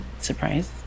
surprise